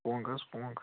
کۄنٛگ حظ کۄنٛگ